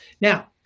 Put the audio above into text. Now